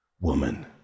woman